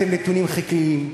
כי הצגתם נתונים חלקיים,